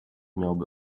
miałoby